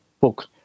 book